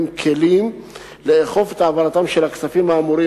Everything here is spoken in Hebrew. כלים לאכוף את העברתם של הכספים האמורים,